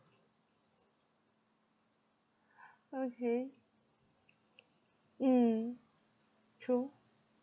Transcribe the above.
okay mm true